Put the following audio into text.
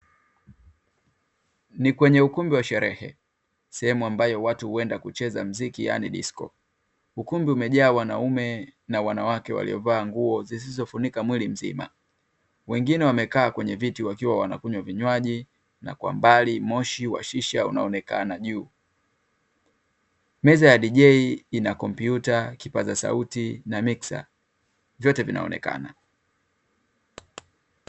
Ni kwenye ukumbi wa sherehe sehemu ambayo watu huenda kucheza muziki yaani disko, ukumbi umejaa wanaume na wanawake waliovaa nguo zisizofunika mwili mzima, wengine wamekaa kwenye viti wakiwa wanakunywa vinywaji na kwa mbali moshi wa shisha unaonekana juu, meza ya dj ina kompyuta kipaza sauti na miksa, vyote vinaonekana .